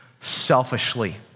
selfishly